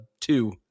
two